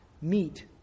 meet